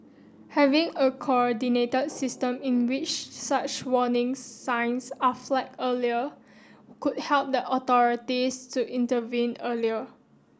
having a coordinate system in which such warning signs are flagged earlier could help the authorities to intervene earlier